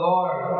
Lord